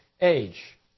age